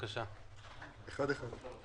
תודה על